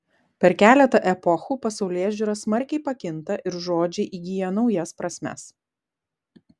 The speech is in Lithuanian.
per keletą epochų pasaulėžiūra smarkiai pakinta ir žodžiai įgyja naujas prasmes